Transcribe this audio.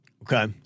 Okay